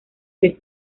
les